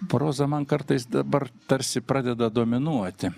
proza man kartais dabar tarsi pradeda dominuoti